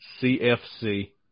C-F-C